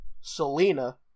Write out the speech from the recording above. Selena